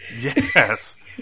Yes